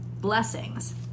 blessings